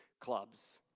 clubs